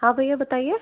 हाँ भैया बताइए